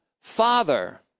father